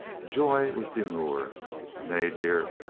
joy was demure. nay, dear,